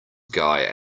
guy